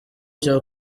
cya